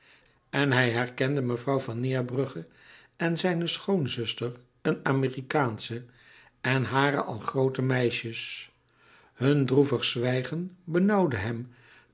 en hij herkende mevrouw van neerbrugge en zijne schoonzuster een amerikaansche en hare al groote meisjes hun droevig zwijgen benauwde hem